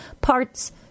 parts